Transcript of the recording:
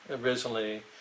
originally